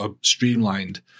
streamlined